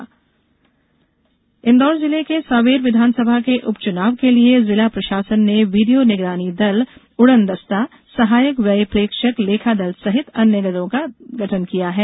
चुनाव दल इंदौर जिले के सांवेर विधानसभा के उप चुनाव के लिये जिला प्रषासन ने वीडियों निगरानी दल उड़न दस्ता सहायक व्यय प्रेक्षक लेखा दल सहित अन्य दलों का गठन किया है